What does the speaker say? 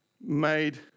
made